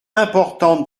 importante